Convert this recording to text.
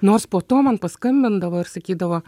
nors po to man paskambindavo ir sakydavo